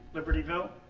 libertyville.